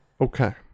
Okay